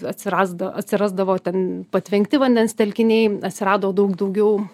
atsirasd atsirasdavo ten patvenkti vandens telkiniai atsirado daug daugiau